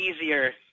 easier